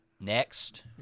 Next